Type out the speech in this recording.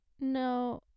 No